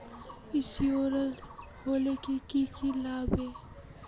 Insurance खोले की की लगाबे?